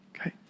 okay